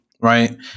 right